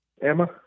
Emma